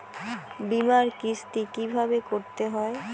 বিমার কিস্তি কিভাবে করতে হয়?